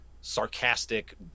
sarcastic